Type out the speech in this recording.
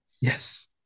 yes